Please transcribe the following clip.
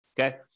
Okay